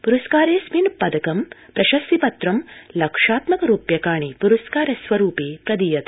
पुरस्कारेडस्मिन् पदकं प्रशस्तिपत्रं लक्षात्मक रूप्यकाणि पुरस्कार स्वरूपे प्रदीयते